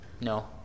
No